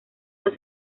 los